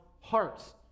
hearts